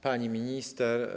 Pani Minister!